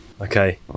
okay